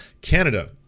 canada